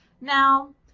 Now